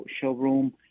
showroom